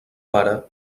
pare